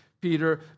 Peter